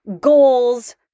goals